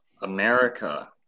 America